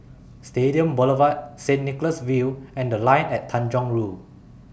Stadium Boulevard Saint Nicholas View and The Line At Tanjong Rhu